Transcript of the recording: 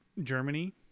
Germany